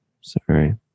Sorry